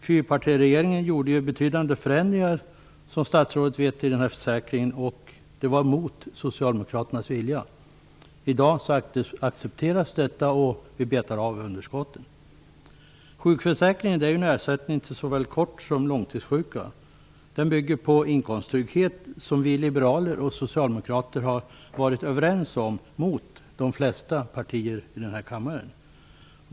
Fyrpartiregeringen gjorde, som statsrådet vet, betydande förändringar i den här försäkringen. Det var mot Socialdemokraternas vilja. I dag accepteras detta, och vi betar av underskotten. Sjukförsäkringen ger ersättning till såväl kort som långtidssjuka. Den bygger på inkomsttrygghet, vilket vi liberaler och Socialdemokraterna har varit överens om till skillnad från de flesta partier i denna kammare.